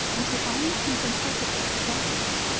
and to all intents and purposes forgotten them.